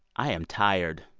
i am tired.